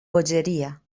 bogeria